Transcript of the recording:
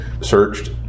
searched